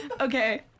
Okay